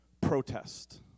protest